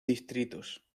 distritos